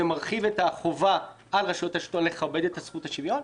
זה מרחיב את החובה על רשויות השלטון לכבד את זכות השוויון,